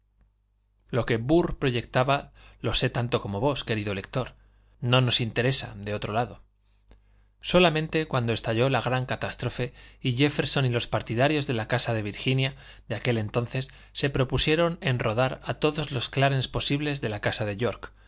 lo que burr proyectaba lo sé tanto como vos querido lector no nos interesa de otro lado solamente cuando estalló la gran catástrofe y jéfferson y los partidarios de la casa de virginia de aquel entonces se propusieron enrodar a todos los clárence posibles de la casa de york